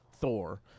Thor